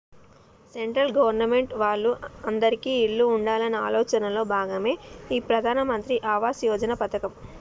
central government వాళ్ళు అందిరికీ ఇల్లు ఉండాలనే ఆలోచనలో భాగమే ఈ ప్రధాన్ మంత్రి ఆవాస్ యోజన పథకం